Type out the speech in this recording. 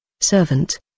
Servant